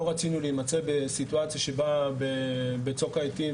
רצינו להימצא בסיטואציה שבה בצוק העיתים,